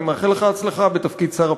אני מאחל לך הצלחה בתפקיד שר הפנים.